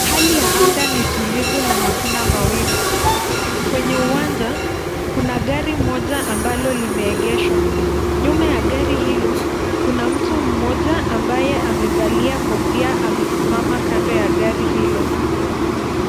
Hali ya anga ni tulivu na hakuna mawingu. Kwenye uwanja kuna gari moja ambalo limeegeshwa. Nyuma ya gari hilo kuna mtu mmoja ambaye amevalia kofia amesimama kando ya gari hilo.